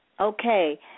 Okay